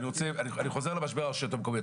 ואני חוזר למשבר הרשויות המקומיות.